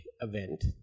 event